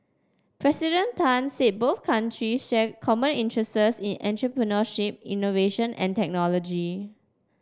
President Tan said both country share common interests in entrepreneurship innovation and technology